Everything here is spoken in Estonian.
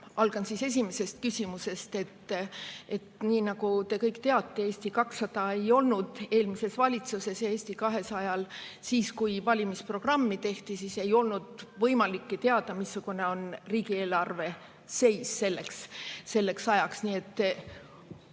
Ma alustan esimesest küsimusest. Nii nagu te kõik teate, Eesti 200 ei olnud eelmises valitsuses ja Eesti 200‑l siis, kui valimisprogrammi tehti, ei olnud võimalikki teada, missugune on riigieelarve seis [praeguseks] ajaks. Me